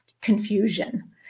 Confusion